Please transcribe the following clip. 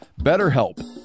BetterHelp